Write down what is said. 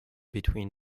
between